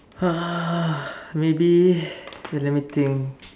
uh maybe okay let me think